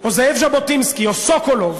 או זאב ז'בוטינסקי או סוקולוב